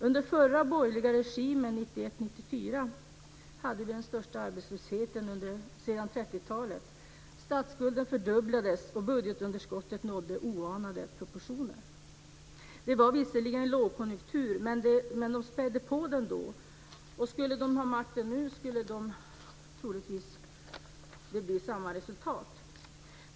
Under den förra borgerliga regimen 1991-1994 hade vi den största arbetslösheten sedan 30-talet. Statsskulden fördubblades och budgetunderskottet nådde oanade proportioner. Det var visserligen lågkonjunktur, men den borgerliga regeringen spädde på den. Skulle den ha makten nu skulle det troligtvis bli samma resultat.